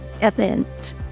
event